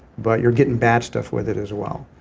but you're getting bad stuff with it as well.